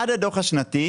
עד הדוח השנתי,